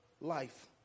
life